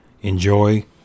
Enjoy